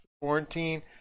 quarantine